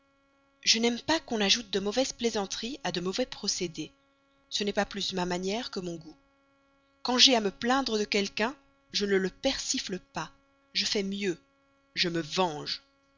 je n'aime pas qu'on ajoute de mauvaises plaisanteries à de mauvais procédés ce n'est pas plus ma manière que mon goût quand j'ai à me plaindre de quelqu'un je ne le persifle pas je fais mieux je me venge